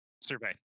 survey